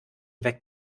weg